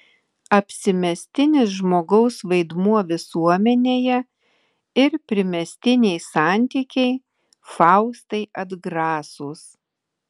apsimestinis žmogaus vaidmuo visuomenėje ir primestiniai santykiai faustai atgrasūs